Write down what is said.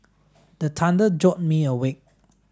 the thunder jolt me awake